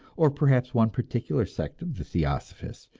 or perhaps one particular sect of the theosophists,